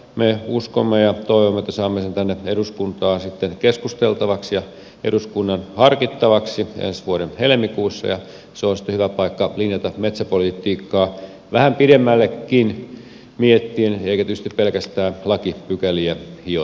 me uskomme ja toivomme että saamme sen tänne eduskuntaan sitten keskusteltavaksi ja eduskunnan harkittavaksi ensi vuoden helmikuussa ja se on sitten hyvä paikka linjata metsäpolitiikkaa vähän pidemmällekin miettien eikä tietysti pelkästään lakipykäliä hioen